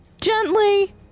gently